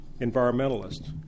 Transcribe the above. environmentalists